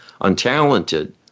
untalented